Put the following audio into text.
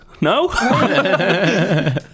No